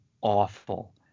awful